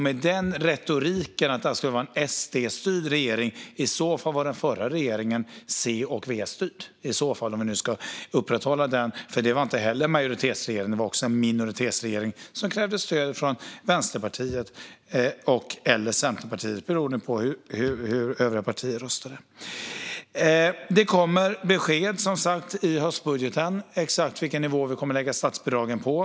Med den retoriken att detta skulle vara en SD-styrd regering skulle i så fall förra regeringen vara C och V-styrd, för den var inte heller en majoritetsregering; den var en minoritetsregering som krävde stöd från Vänsterpartiet och/eller Centerpartiet beroende på hur övriga partier röstade. Det kommer som sagt besked i höstbudgeten om exakt vilken nivå vi kommer att lägga statsbidragen på.